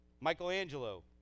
Michelangelo